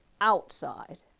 outside